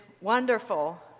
wonderful